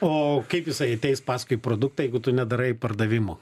o kaip jisai ateis paskui produktą jeigu tu nedarai pardavimų